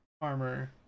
armor